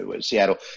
seattle